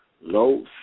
low